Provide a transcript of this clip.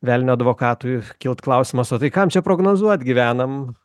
velnio advokatui kilt klausimas o tai kam čia prognozuot gyvenam